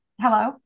Hello